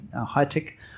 high-tech